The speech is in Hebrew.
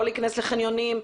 לא להיכנס לחניונים?